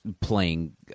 playing